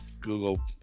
Google